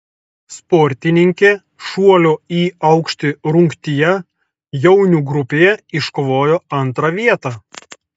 sportininkė šuolio į aukštį rungtyje jaunių grupėje iškovojo antrą vietą